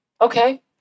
okay